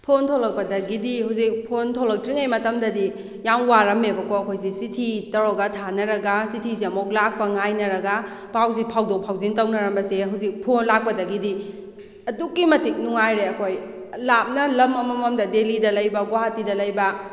phone ꯊꯣꯛꯂꯛꯄꯗꯒꯤꯗꯤ ꯍꯧꯖꯤꯛ phone ꯊꯣꯛꯂꯛꯇ꯭ꯔꯤꯉꯩ ꯃꯇꯝꯗꯗꯤ ꯌꯥꯝ ꯋꯥꯔꯝꯃꯦꯕꯀꯣ ꯑꯩꯈꯣꯏꯁꯤ ꯆꯤꯊꯤ ꯇꯧꯔꯒ ꯊꯥꯅꯔꯒ ꯆꯤꯊꯤꯁꯦ ꯑꯃꯨꯛ ꯂꯥꯛꯄ ꯉꯥꯏꯅꯔꯒ ꯄꯥꯎꯁꯦ ꯐꯥꯎꯗꯣꯛ ꯐꯥꯎꯖꯤꯟ ꯇꯧꯅꯔꯝꯕꯁꯦ ꯍꯧꯖꯤꯛ ꯐꯣꯟ ꯂꯥꯛꯄꯗꯒꯤꯗꯤ ꯑꯗꯨꯛꯀꯤ ꯃꯇꯤꯛ ꯅꯨꯡꯉꯥꯏꯔꯦ ꯑꯩꯈꯣꯏ ꯂꯥꯞꯅ ꯂꯝ ꯑꯃꯃꯝꯗ ꯗꯦꯜꯂꯤꯗ ꯂꯩꯕ ꯒꯨꯍꯥꯇꯤꯗ ꯂꯩꯕ